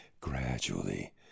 gradually